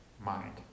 mind